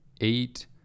eight